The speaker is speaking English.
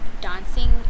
dancing